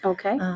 Okay